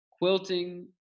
Quilting